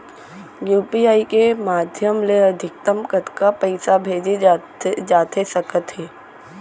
UPI के माधयम ले अधिकतम कतका पइसा भेजे जाथे सकत हे?